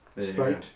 Straight